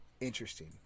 interesting